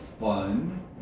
fun